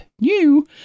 new